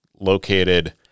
located